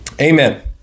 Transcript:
amen